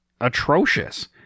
atrocious